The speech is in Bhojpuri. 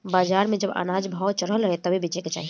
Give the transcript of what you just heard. बाजार में जब अनाज भाव चढ़ल रहे तबे बेचे के चाही